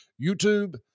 YouTube